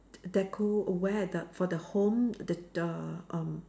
deco where the for the home the the um